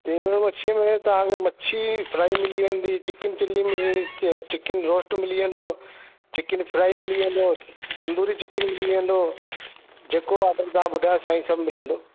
तीवण मच्छी में तव्हांखे मच्छी फ्राइ मिली वेंदी चिकन चिल्ली मिली चिकन रोस्ट मिली वेंदो चिकन फ्राइ मिली वेंदव तंदूरी चिकन मिली वेंदो जेको ऑडर तव्हां ॿुधायो साईं सभु मिली वेंदो